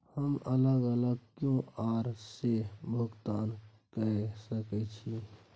हम अलग अलग क्यू.आर से भुगतान कय सके छि?